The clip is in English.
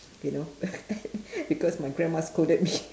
you know because my grandma scolded me